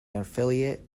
affiliate